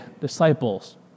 disciples